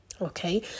Okay